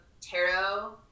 tarot